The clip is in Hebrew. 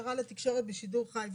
הצהרה לתקשורת בשידור חי וישיר.